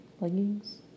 leggings